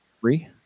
three